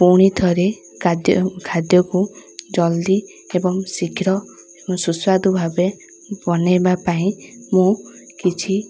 ପୁଣି ଥରେ ଖାଦ୍ୟ ଖାଦ୍ୟକୁ ଜଲ୍ଦି ଏବଂ ଶୀଘ୍ର ସୁସ୍ୱାଦୁ ଭାବେ ବନେଇବା ପାଇଁ ମୁଁ କିଛି